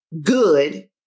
Good